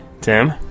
Tim